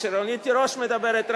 כשרונית תירוש מדברת,